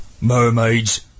mermaids